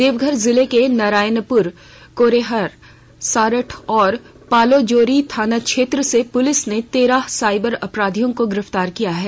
देवघर जिले के नारायणपुर करोह सारठ और पालोजोरी थाना क्षेत्र से पुलिस ने तेरह साइबर अपराधियों को गिरफतार किया है